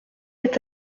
est